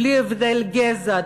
בלי הבדל גזע,